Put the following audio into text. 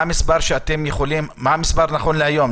מה המספר נכון להיום.